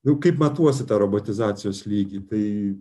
nu kaip matuosi tą robotizacijos lygį tai